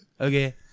Okay